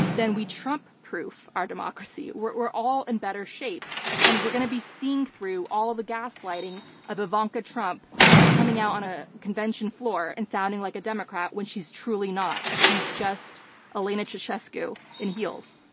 then we trump-proof our democracy. we're we're all in better shape and we're going to be seeing through all of the gaslighting of ivanka trump coming out on a convention floor and sounding like a democrat when she's truly not. she's just elena ceausescu in heels.